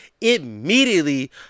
immediately